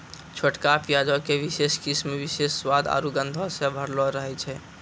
छोटका प्याजो के विशेष किस्म विशेष स्वाद आरु गंधो से भरलो रहै छै